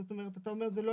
זאת אומרת, אתה אומר זה לאו